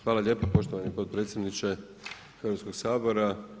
Hvala lijepo poštovani potpredsjedniče Hrvatskog sabora.